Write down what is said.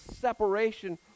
separation